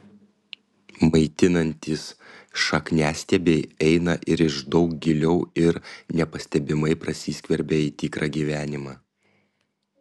maitinantys šakniastiebiai eina ir iš daug giliau ir nepastebimai prasiskverbia į tikrą gyvenimą